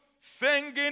singing